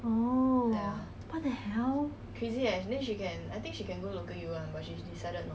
orh what the hell